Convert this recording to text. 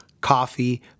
coffee